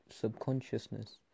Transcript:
subconsciousness